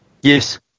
Yes